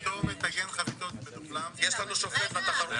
אנחנו נערכנו להשיב על שאלות שנוגעות ספציפית לפעילות